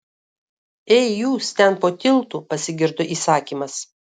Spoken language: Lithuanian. ei jūs ten po tiltu pasigirdo įsakymas